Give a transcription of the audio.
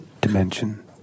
dimension